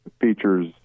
features